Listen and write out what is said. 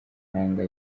mabanga